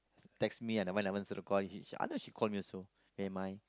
text me and never never call each other she call me also okay mine